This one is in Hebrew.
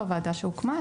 לא ועדה שהוקמה,